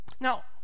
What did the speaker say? Now